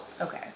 okay